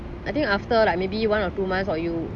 I think after like maybe one or two months or you